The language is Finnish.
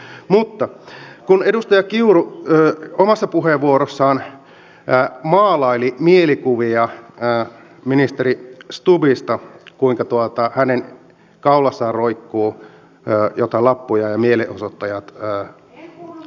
mutta kun edustaja kiuru omassa puheenvuorossaan maalaili mielikuvia ministeri stubbista kuinka hänen kaulassaan roikkuu jotain lappuja ja mielenosoittajat